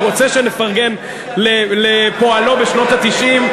הוא רוצה שנפרגן לפועלו בשנות ה-90.